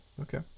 okay